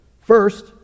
first